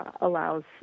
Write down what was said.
Allows